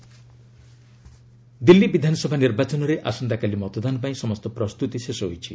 ଦିଲ୍ଲୀ ଆସେୟଲି ଦିଲ୍ଲୀ ବିଧାନସଭା ନିର୍ବାଚନରେ ଆସନ୍ତାକାଲି ମତଦାନ ପାଇଁ ସମସ୍ତ ପ୍ରସ୍ତତି ଶେଷ ହୋଇଛି